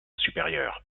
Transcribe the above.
supérieur